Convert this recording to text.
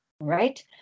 right